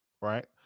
right